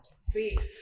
Sweet